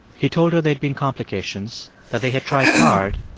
he told her there'd been complications, that they had tried hard,